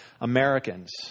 Americans